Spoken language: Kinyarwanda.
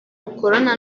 rukorana